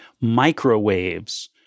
microwaves